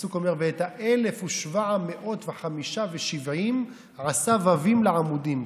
שהפסוק אומר: "ואת האלף ושבע מאות וחמִשה ושבעים עשה וָוִים לעמודים".